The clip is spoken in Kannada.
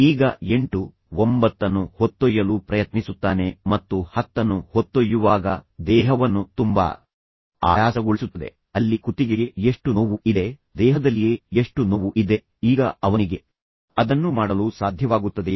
ಈಗ ಅವನು ಎಂಟು ಒಂಬತ್ತನ್ನು ಹೊತ್ತೊಯ್ಯಲು ಪ್ರಯತ್ನಿಸುತ್ತಾನೆ ಮತ್ತು ಅವನು ಹತ್ತನ್ನು ಹೊತ್ತೊಯ್ಯುವಾಗ ಅದು ದೇಹವನ್ನು ತುಂಬಾ ಆಯಾಸಗೊಳಿಸುತ್ತದೆ ಅಲ್ಲಿ ಕುತ್ತಿಗೆಗೆ ಎಷ್ಟು ನೋವು ಇದೆ ದೇಹದಲ್ಲಿಯೇ ಎಷ್ಟು ನೋವು ಇದೆ ಈಗ ಅವನಿಗೆ ಅದನ್ನು ಮಾಡಲು ಸಾಧ್ಯವಾಗುತ್ತದೆಯೇ